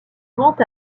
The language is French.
rend